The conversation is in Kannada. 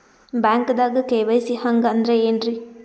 ಬ್ಯಾಂಕ್ದಾಗ ಕೆ.ವೈ.ಸಿ ಹಂಗ್ ಅಂದ್ರೆ ಏನ್ರೀ?